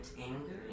anger